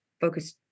focus